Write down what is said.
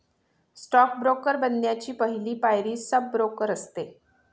stock broker बनण्याची पहली पायरी सब ब्रोकर असते